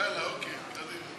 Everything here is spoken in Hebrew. יאללה, אוקיי, קדימה.